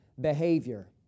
behavior